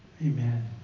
amen